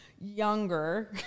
younger